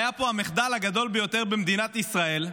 היה פה המחדל הגדול ביותר במדינת ישראל,